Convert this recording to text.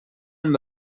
amb